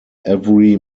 every